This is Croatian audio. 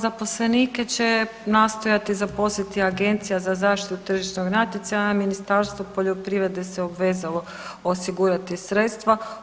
Pa zaposlenike će nastojati zaposliti Agencija za zaštitu tržišnog natjecanja, a Ministarstvo poljoprivrede se obvezalo osigurati sredstva.